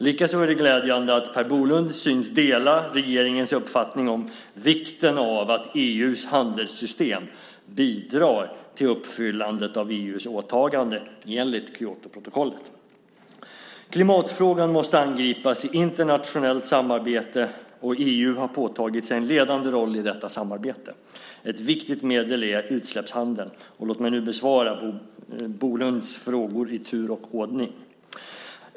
Likaså är det glädjande att Per Bolund synes dela regeringens uppfattning om vikten av att EU:s handelssystem bidrar till uppfyllandet av EU:s åtagande enligt Kyotoprotokollet. Klimatfrågan måste angripas i internationellt samarbete, och EU har påtagit sig en ledande roll i detta samarbete. Ett viktigt medel är utsläppshandeln. Låt mig nu besvara Bolunds frågor i tur och ordning. 1.